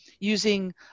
using